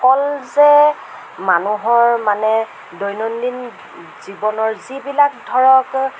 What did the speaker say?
অকল যে মানুহৰ মানে দৈনন্দিন জীৱনৰ যিবিলাক ধৰক